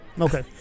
Okay